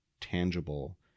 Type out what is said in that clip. tangible